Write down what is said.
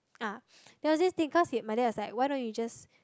ah then there was this thing cause my dad was like why don't you just